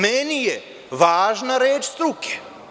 Meni je važna reč struke.